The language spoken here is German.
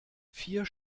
vier